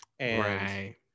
Right